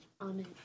Amen